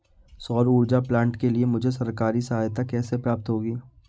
सौर ऊर्जा प्लांट के लिए मुझे सरकारी सहायता कैसे प्राप्त होगी?